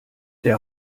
der